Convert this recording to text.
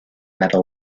medal